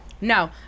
No